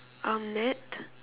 um net